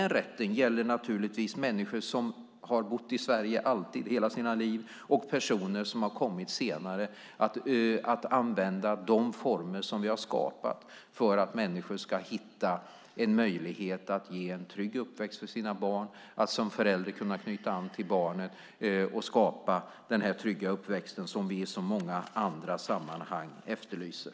Rätten gäller naturligtvis människor som har bott i Sverige i hela sina liv och personer som har kommit senare att använda de former som vi har skapat för att människor ska hitta en möjlighet att ge en trygg uppväxt för sina barn, att som förälder kunna knyta an till barnen och skapa den trygga uppväxt som vi i så många andra sammanhang efterlyser.